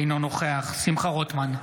אינו נוכח שמחה רוטמן,